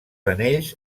anells